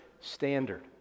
standard